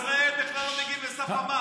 רוב אזרחי מדינת ישראל בכלל לא מגיעים לסף המס.